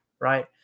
Right